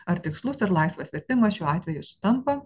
ar tikslus ar laisvas vertimas šiuo atveju sutampa